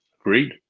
Agreed